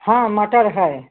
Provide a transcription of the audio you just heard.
हाँ मटर है